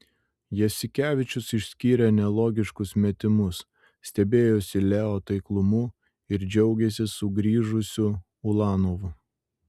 jasikevičius išskyrė nelogiškus metimus stebėjosi leo taiklumu ir džiaugėsi sugrįžusiu ulanovu